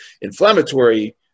inflammatory